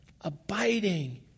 abiding